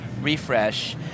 refresh